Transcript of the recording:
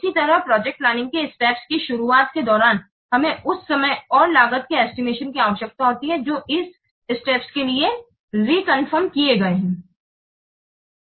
इसी तरह project planning के स्टेप्स की शुरुआत के दौरान हमें उस समय और लागत के एस्टिमेशन की आवश्यकता होती है जो इस स्टेप्स के लिए रेकॉन्फीर्म किये गए है